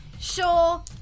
Sure